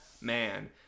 man